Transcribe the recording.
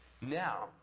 Now